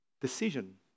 decision